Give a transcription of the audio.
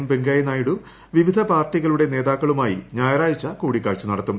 പ്പെങ്കിയ്യ നായിഡു വിവിധ പാർട്ടികളുടെ നേതാക്കളുമായി ഞായറിഴ്ച്ച കൂടിക്കാഴ്ച നടത്തും